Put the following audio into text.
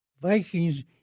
Vikings